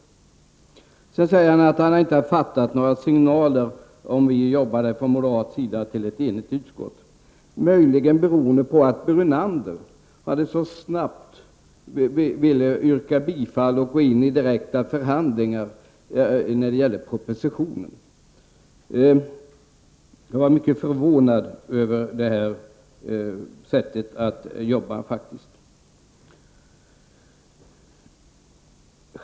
Lennart Brunander sade vidare att han inte har uppfattat några signaler om att vi moderater arbetade för att få ett enigt utskott. Detta beror möjligen på att Lennart Brunander så snabbt ville yrka bifall och gå in i direkta förhandlingar om förslagen i propositionen. Jag blev faktiskt mycket förvånad över denna arbetsmetod.